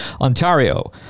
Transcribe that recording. Ontario